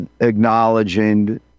acknowledging